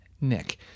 Nick